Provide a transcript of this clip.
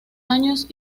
años